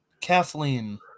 Kathleen